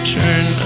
turn